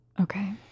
Okay